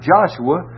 Joshua